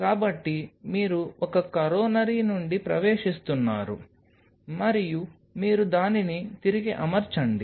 కాబట్టి మీరు ఒక కరోనరీ నుండి ప్రవేశిస్తున్నారు మరియు మీరు దానిని తిరిగి అమర్చండి